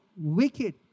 wicked